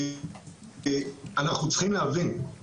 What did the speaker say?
אנחנו צריכים להבין,